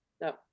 No